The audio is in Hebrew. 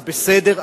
אז בסדר,